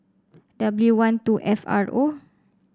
W one two F R O